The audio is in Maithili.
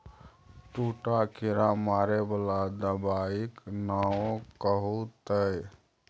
दूटा कीड़ा मारय बला दबाइक नाओ कहू तए